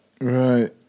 Right